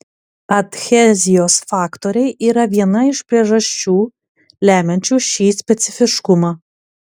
adhezijos faktoriai yra viena iš priežasčių lemiančių šį specifiškumą